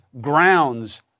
grounds